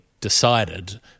decided